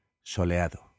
Soleado